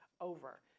over